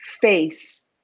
face